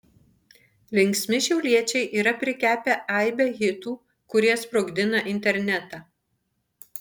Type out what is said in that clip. linksmi šiauliečiai yra prikepę aibę hitų kurie sprogdina internetą